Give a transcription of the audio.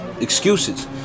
excuses